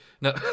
No